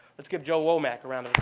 let's give joe womac a round um